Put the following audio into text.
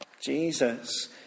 Jesus